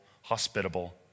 hospitable